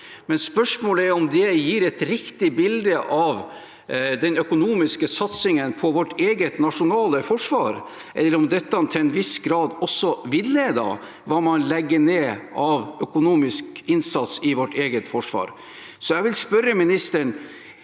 men spørsmålet er om det gir et riktig bilde av den økonomiske satsingen på vårt eget nasjonale forsvar, eller om dette til en viss grad også villeder om hva man legger ned av økonomisk innsats i vårt eget forsvar. Så jeg vil spørre ministeren: